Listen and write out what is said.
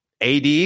AD